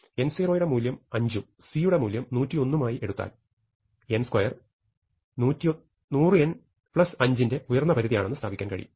n0 യുടെ മൂല്യം 5 ഉം c യുടെ മൂല്യം 101 ഉം ആയി എടുത്താൽ n2 100n5 ന്റെ ഉയർന്നപരിധി ആണെന്ന് സ്ഥാപിക്കാൻ കഴിയും